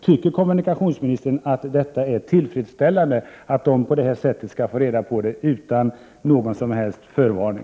Tycker kommunikationsministern att det är tillfredsställande att personalen på det sätt som här har skett skall få reda på förändringar utan någon som helst förvarning?